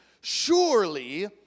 surely